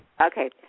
Okay